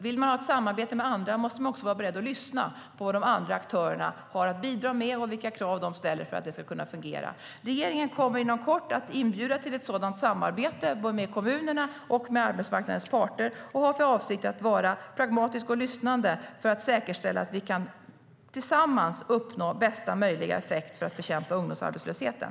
Vill man ha ett samarbete med andra måste man också vara beredd att lyssna på vad de andra aktörerna har att bidra med och vilka krav de ställer för att det ska kunna fungera. Regeringen kommer inom kort att inbjuda till ett sådant samarbete med både kommunerna och arbetsmarknadens parter och har för avsikt att vara pragmatisk och lyssnande, för att säkerställa att vi tillsammans kan uppnå bästa möjliga effekt för att bekämpa ungdomsarbetslösheten.